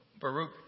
Baruch